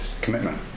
commitment